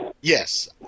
yes